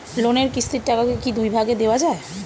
লোনের কিস্তির টাকাকে কি দুই ভাগে দেওয়া যায়?